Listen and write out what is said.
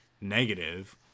negative